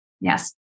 yes